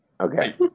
Okay